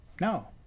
No